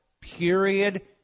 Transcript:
period